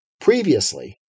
Previously